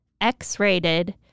X-rated